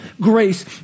grace